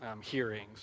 hearings